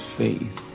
faith